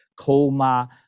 coma